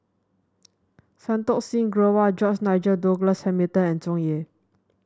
Santokh Singh Grewal George Nigel Douglas Hamilton and Tsung Yeh